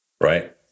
right